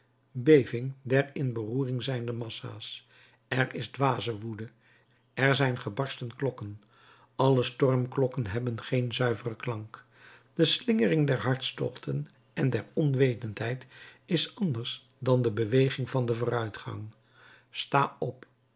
beving der in beroering zijnde massa's er is dwaze woede er zijn gebarsten klokken alle stormklokken hebben geen zuiveren klank de slingering der hartstochten en der onwetendheid is anders dan de beweging van den vooruitgang sta op